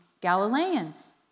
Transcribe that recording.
Galileans